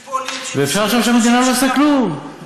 יש עולים שכבר נמצאים פה 30-20 שנה.